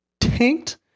tanked